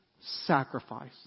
sacrifice